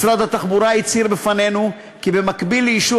משרד התחבורה הצהיר בפנינו כי במקביל לאישור